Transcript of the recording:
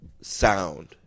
sound